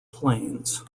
plains